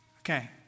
Okay